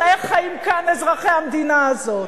אלא איך חיים כאן אזרחי המדינה הזאת.